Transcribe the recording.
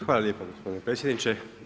Hvala lijepa gospodine predsjedniče.